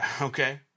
Okay